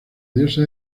diosa